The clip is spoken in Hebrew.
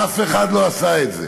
אף אחד לא עשה את זה.